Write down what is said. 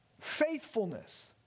faithfulness